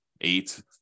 eight